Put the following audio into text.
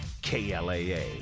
KLAA